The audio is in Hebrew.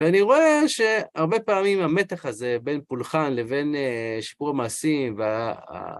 ואני רואה שהרבה פעמים המתח הזה בין פולחן לבין שיפור המעשים וה...